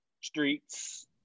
Streets